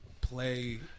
play